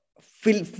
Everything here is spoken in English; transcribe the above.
fill